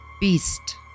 Beast